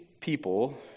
people